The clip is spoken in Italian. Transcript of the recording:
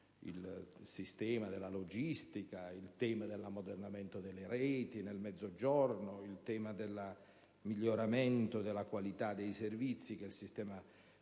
il sistema della logistica, il tema dell'ammodernamento delle reti nel Mezzogiorno, il tema del miglioramento della qualità dei servizi che la